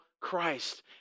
Christ